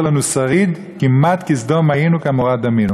לנו שריד כמעט כסדֹם היינו לעמֹרה דמינו".